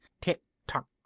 Tick-tock